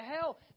hell